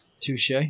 Touche